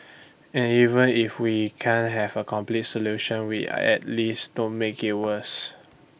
and even if we can't have A complete solution we at least don't make IT worse